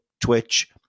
Twitch